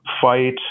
fight